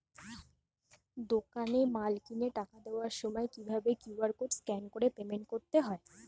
দোকানে মাল কিনে টাকা দেওয়ার সময় কিভাবে কিউ.আর কোড স্ক্যান করে পেমেন্ট করতে হয়?